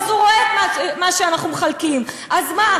אז הוא רואה את מה שאנחנו מחלקים, אז מה?